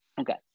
Okay